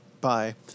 bye